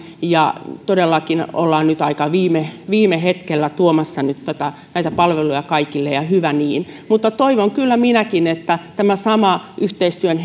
ja todellakin nyt ollaan aika viime viime hetkellä tuomassa näitä palveluja kaikille ja hyvä niin mutta toivon kyllä minäkin että tämä sama yhteistyön